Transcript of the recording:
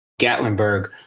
gatlinburg